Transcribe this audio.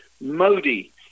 Modi